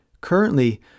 Currently